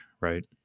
right